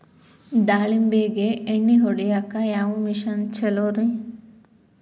ದಾಳಿಂಬಿಗೆ ಎಣ್ಣಿ ಹೊಡಿಯಾಕ ಯಾವ ಮಿಷನ್ ಛಲೋರಿ?